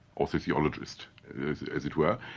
or sociologist as it were,